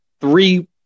Three